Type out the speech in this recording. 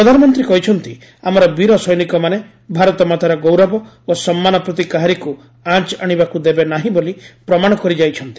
ପ୍ରଧାନମନ୍ତ୍ରୀ କହିଛନ୍ତି ଆମର ବୀର ସୈନିକମାନେ ଭାରତ ମାତାର ଗୌରବ ଓ ସମ୍ମାନ ପ୍ରତି କାହାରିକୁ ଆଞ୍ଚ ଆଣିବାକୁ ତେବେ ନାହିଁ ବୋଲି ପ୍ରମାଣ କରି ଯାଇଛନ୍ତି